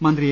മന്ത്രി എ